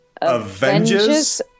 Avengers